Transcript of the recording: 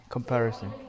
Comparison